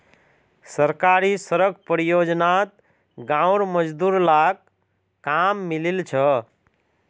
सरकारी सड़क परियोजनात गांउर मजदूर लाक काम मिलील छ